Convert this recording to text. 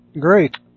Great